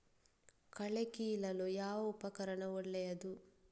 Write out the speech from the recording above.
ಕಳೆ ಕೀಳಲು ಯಾವ ಉಪಕರಣ ಒಳ್ಳೆಯದು?